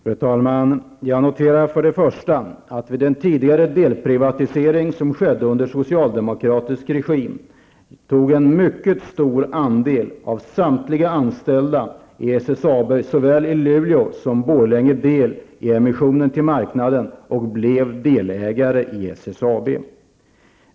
Fru talman! Jag noterar att vid den tidigare delprivatiseringen, som skedde under socialdemokratisk regim, tog en mycket stor andel av samtliga anställda i SSAB, såväl i Luleå som Borlänge, del i emissionen till marknaden. De blev delägare i SSAB.